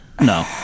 No